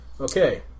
Okay